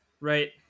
right